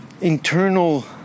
internal